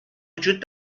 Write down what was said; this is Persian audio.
وجود